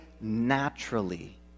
naturally